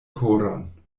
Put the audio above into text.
koron